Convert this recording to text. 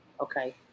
Okay